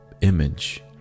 image